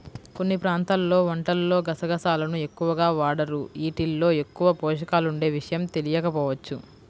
కొన్ని ప్రాంతాల్లో వంటల్లో గసగసాలను ఎక్కువగా వాడరు, యీటిల్లో ఎక్కువ పోషకాలుండే విషయం తెలియకపోవచ్చు